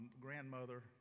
grandmother